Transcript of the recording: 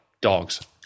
dogs